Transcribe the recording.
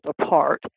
apart